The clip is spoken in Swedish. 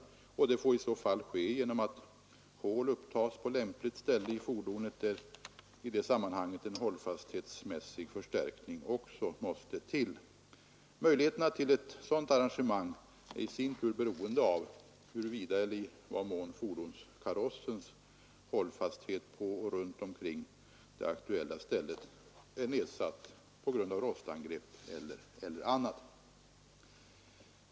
Det får då ske genom att hål upptas på lämpligt ställe i fordonet, och i det sammanhanget måste det i de flesta fall gö Möjligheterna till ett sådant arrangemang är i sin tur beroende av i vad mån karossens hållfasthet på och omkring det aktuella stället är nedsatt på grund av rostangrepp eller annat.